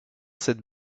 cette